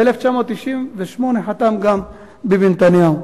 ב-1998 חתם גם ביבי נתניהו.